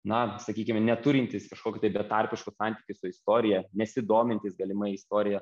na sakykime neturintys kažkokio tai betarpiško santykio su istorija nesidomintys galimai istorija